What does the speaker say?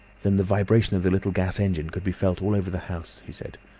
then the vibration of the little gas engine could be felt all over the house, he said.